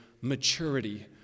maturity